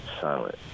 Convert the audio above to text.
silent